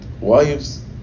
wives